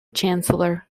chancellor